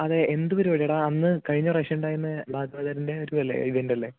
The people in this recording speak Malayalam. അതെ എന്തു പരിപാടിയാണെടാ അന്ന് കഴിഞ്ഞ പ്രാവശ്യം ഉണ്ടായിരുന്നെ ബാദ്ബദറിൻ്റെ ഒരു അല്ലെ ഇതുണ്ടല്ലേ